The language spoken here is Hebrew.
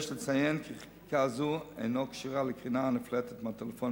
יש לציין כי חקיקה זאת אינה קשורה לקרינה הנפלטת מהטלפונים